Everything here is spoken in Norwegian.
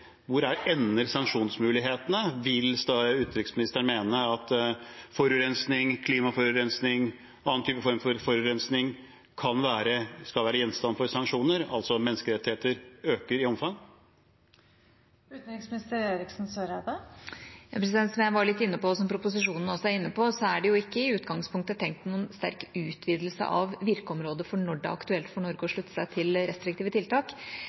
Hvor ender sanksjonsmulighetene? Vil utenriksministeren mene at forurensing – klimaforurensing og annen type form for forurensing – skal være gjenstand for sanksjoner, altså at menneskerettigheter øker i omfang? Som jeg var litt inne på, og som proposisjonen også er inne på, er det ikke i utgangspunktet tenkt noen sterk utvidelse av virkeområdet for når det er aktuelt for Norge å slutte seg til restriktive tiltak.